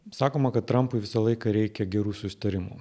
sakoma kad trampui visą laiką reikia gerų susitarimų